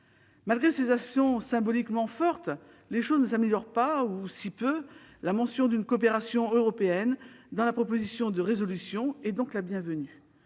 Malgré ces actions symboliquement fortes, la situation ne s'améliore pas- ou si peu ! La mention d'une coopération européenne dans la proposition de résolution est donc la bienvenue.